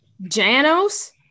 Janos